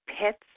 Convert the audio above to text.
Pets